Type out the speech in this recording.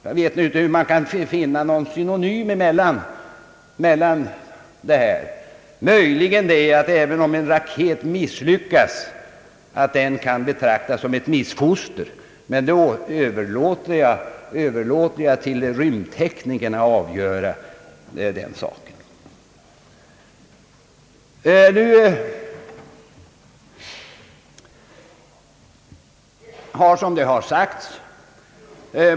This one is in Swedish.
Jag vet nu inte hur man kan finna något samband mellan dessa två bedömningar, möjligen det att om en raket misslyckas skulle den kunna betraktas som ett missfoster; men den saken överlåter jag åt rymdteknikerna att yttra sig om.